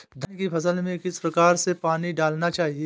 धान की फसल में किस प्रकार से पानी डालना चाहिए?